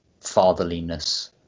fatherliness